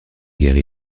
guerre